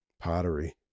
Pottery